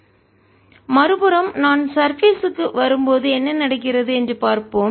Minside0 மறுபுறம் நான் surface க்கு மேற்பரப்பு வரும்போது என்ன நடக்கிறது என்று பார்ப்போம்